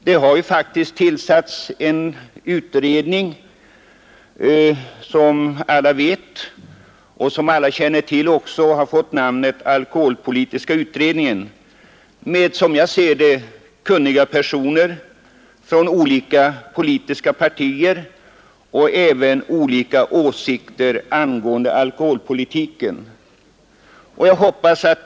Det har som bekant tillsatts en utredning — alkoholpolitiska utredningen — bestående av, som jag ser det, kunniga personer från olika politiska partier som representerar olika åsikter angående alkoholpolitiken.